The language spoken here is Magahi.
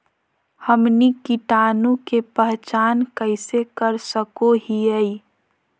हमनी कीटाणु के पहचान कइसे कर सको हीयइ?